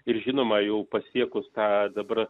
ir žinoma jau pasiekus tą dabar